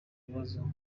ibibazo